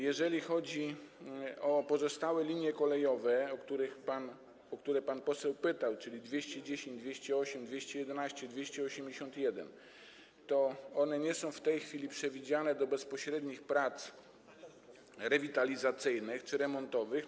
Jeżeli chodzi o pozostałe linie kolejowe, o które pan poseł pytał, czyli nr 210, 208, 211, 281, to nie są w tej chwili przewidziane tam bezpośrednie prace rewitalizacyjne czy remontowe.